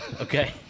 Okay